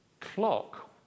Clock